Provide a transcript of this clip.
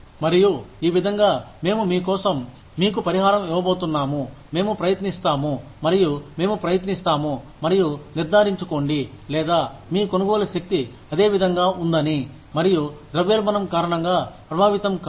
మరియు ఈ విధంగా మేము మీకోసం మీకు పరిహారం ఇవ్వబోతున్నాముమేము ప్రయత్నిస్తాము మరియు మేము ప్రయత్నిస్తాము మరియు నిర్ధారించుకోండి లేదా మీ కొనుగోలు శక్తి అదేవిధంగా ఉందని మరియు ద్రవ్యోల్బణం కారణంగా ప్రభావితం కాదు